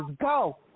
go